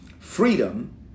freedom